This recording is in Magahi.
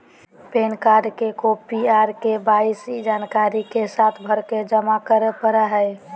पैन कार्ड के कॉपी आर के.वाई.सी जानकारी के साथ भरके जमा करो परय हय